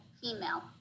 female